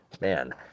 man